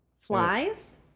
Flies